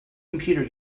computer